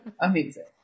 amazing